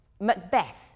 Macbeth